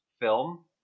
film